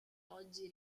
oggi